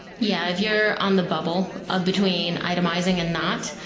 yeah you're on the bubble ah between itemizing and not,